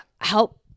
help